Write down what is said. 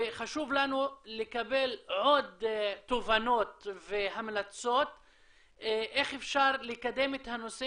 חשוב לנו לקבל עוד תובנות והמלצות איך אפשר לקדם את הנושא